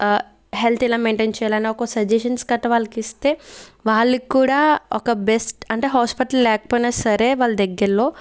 health ఇలా maintain చేయాలి అని ఒక సజెషన్స్ గట్రా వాళ్ళకి ఇస్తే వాళ్ళకు కూడా ఒక బెస్ట్ అంటే హాస్పిటల్ లేకపోయినా సరే వాళ్ళ దగ్గరలో